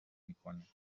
میکنه